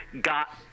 got